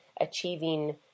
achieving